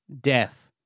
Death